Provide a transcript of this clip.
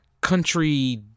country